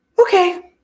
okay